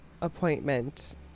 appointment